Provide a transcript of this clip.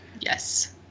Yes